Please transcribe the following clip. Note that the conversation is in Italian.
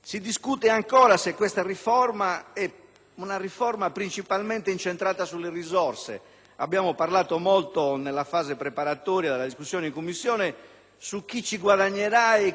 Si discute ancora se questa è una riforma principalmente incentrata sulle risorse. Abbiamo parlato molto, nella fase preparatoria della discussione in Commissione, su chi ci guadagnerà e chi ci rimetterà,